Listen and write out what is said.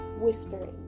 whispering